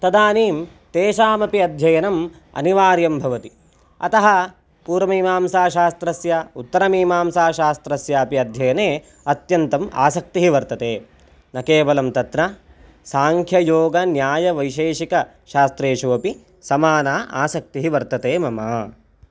तदानीं तेषामपि अध्ययनम् अनिवार्यं भवति अतः पूर्वमीमांसाशास्त्रस्य उत्तरमीमांसाशास्त्रस्यापि अध्ययने अत्यन्तम् आसक्तिः वर्तते न केवलं तत्र साङ्ख्ययोगन्यायवैशेषिकशास्त्रेषु अपि समाना आसक्तिः वर्तते मम